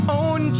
own